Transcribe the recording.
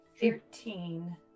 Thirteen